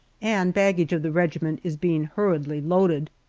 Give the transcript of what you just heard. and baggage of the regiment is being hurriedly loaded.